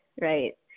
right